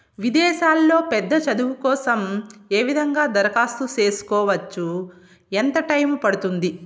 విదేశాల్లో పెద్ద చదువు కోసం ఏ విధంగా దరఖాస్తు సేసుకోవచ్చు? ఎంత టైము పడుతుంది?